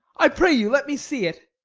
i pray you let me see it.